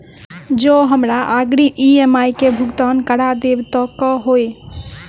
जँ हमरा अग्रिम ई.एम.आई केँ भुगतान करऽ देब तऽ कऽ होइ?